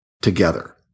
together